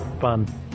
fun